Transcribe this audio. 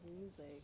music